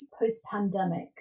post-pandemic